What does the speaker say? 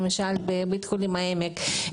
לבית החולים ׳העמק׳,